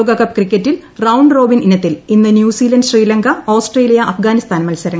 ലോകകപ്പ് ക്രിക്കറ്റിൽ round robin ഇനത്തിൽ ഇന്ന് ന്യൂസിലന്റ് ശ്രീലങ്ക ആസ്ട്രേലിയ അഫ്ഗാനിസ്ഥാൻ മൽസരങ്ങൾ